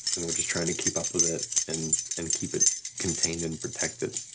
and we're just trying to keep up with it and and keep it contained and protected.